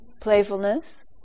Playfulness